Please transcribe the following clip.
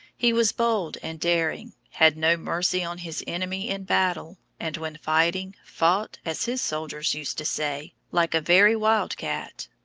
he was bold and daring, had no mercy on his enemy in battle, and when fighting, fought, as his soldiers used to say, like a very wild-cat.